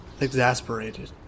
exasperated